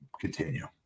continue